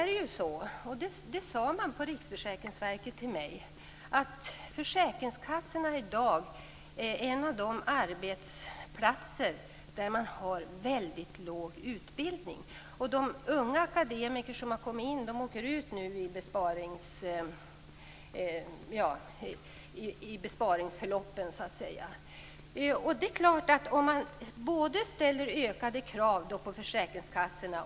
Det är så - och det sade man också på Riksförsäkringsverket till mig - att försäkringskassorna i dag är en av de arbetsplatser där utbildningen är väldigt låg. De unga akademiker som har kommit in åker ut nu, i besparingsförloppen. Det ställs ökade krav på försäkringskassorna.